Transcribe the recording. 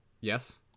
yes